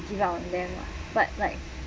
give up on them [what] but like